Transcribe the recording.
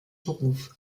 beruf